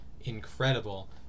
incredible